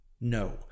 No